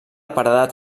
paredat